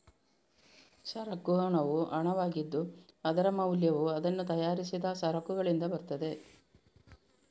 ಸರಕು ಹಣವು ಹಣವಾಗಿದ್ದು, ಅದರ ಮೌಲ್ಯವು ಅದನ್ನು ತಯಾರಿಸಿದ ಸರಕುಗಳಿಂದ ಬರುತ್ತದೆ